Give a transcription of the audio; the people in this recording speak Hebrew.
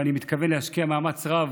ואני מתכוון להשקיע מאמץ רב